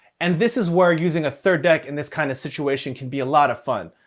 and this is where using a third deck in this kind of situation can be a lot of fun,